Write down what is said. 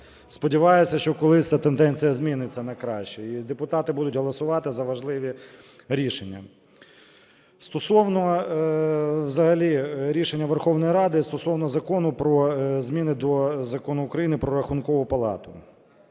Сподіваюся, що колись ця тенденція зміниться на краще і депутати будуть голосувати за важливі рішення. Стосовно взагалі рішення Верховної Ради стосовно Закону про зміни до Закону України "Про Рахункову палату".